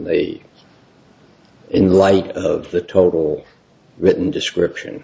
they in light of the total written description